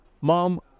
Mom